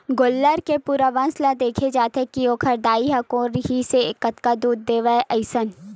गोल्लर के पूरा वंस ल देखे जाथे के ओखर दाई ह कोन रिहिसए कतका दूद देवय अइसन